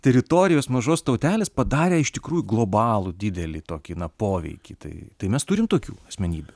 teritorijos mažos tautelės padarė iš tikrųjų globalų didelį tokį poveikį tai tai mes turim tokių asmenybių